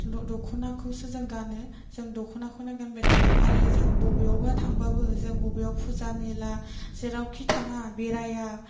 दख'नाखौसो जों गानो जों दख'नाखौनो गानबाय थागोन आरो जों बबेयावबा थांबाबो जों बबेयाव फुजा मेला जेरावखि थाङा बेराया